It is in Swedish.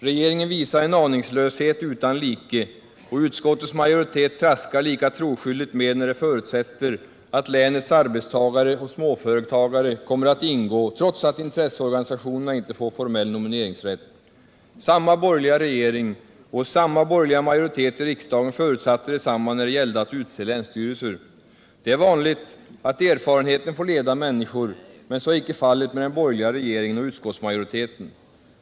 Regeringen visar en aningslöshet utan like, och utskottets majoritet traskar lika troskyldigt med när den förutsätter att länets arbetstagare och småföretagare kommer att ingå trots att intresseorganisationerna inte får formell nomineringsrätt. Samma borgerliga regering och samma borgerliga majoritet i riksdagen förutsatte detsamma när det gällde att utse länsstyrelser. Det är vanligt att erfarenheten får leda människor, men så är icke fallet med den borgerliga regeringen och utskottsmajoriteten.